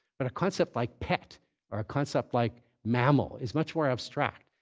but a concept like pet or a concept like mammal is much more abstract.